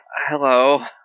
Hello